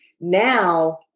Now